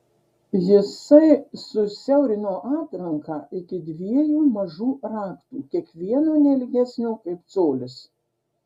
jisai susiaurino atranką iki dviejų mažų raktų kiekvieno ne ilgesnio kaip colis